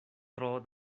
tro